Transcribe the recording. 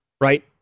right